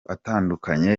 atandukanye